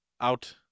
out